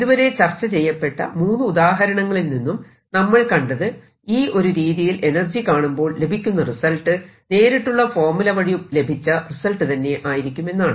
ഇതുവരെ ചർച്ച ചെയ്യപ്പെട്ട മൂന്ന് ഉദാഹരണങ്ങളിൽ നിന്നും നമ്മൾ കണ്ടത് ഈ ഒരു രീതിയിൽ എനർജി കാണുമ്പോൾ ലഭിക്കുന്ന റിസൾട്ട് നേരിട്ടുള്ള ഫോർമുല വഴി ലഭിച്ച റിസൾട്ട് തന്നെ ആയിരിക്കുമെന്നാണ്